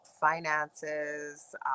Finances